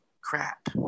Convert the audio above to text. crap